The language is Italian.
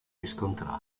riscontrati